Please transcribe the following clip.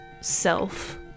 self